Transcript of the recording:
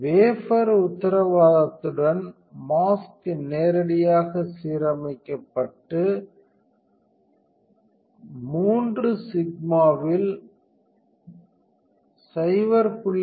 wafer உத்தரவாதத்துடன் mask நேரடியாக சீரமைக்கப்பட்டு 3 சிக்மாவில் 0